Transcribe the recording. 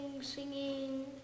singing